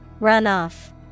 Runoff